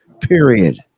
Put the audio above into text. Period